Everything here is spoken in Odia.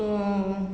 ତ